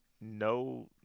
no